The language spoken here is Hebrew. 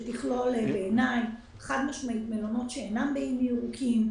שתכלול מלונות שאינם באיים ירוקים,